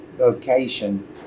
vocation